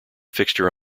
fixture